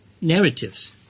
narratives